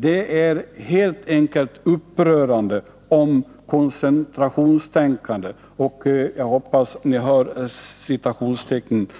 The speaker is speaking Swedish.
Det är helt enkelt upprörande om koncentrationstänkande och